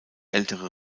ältere